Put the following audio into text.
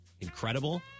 incredible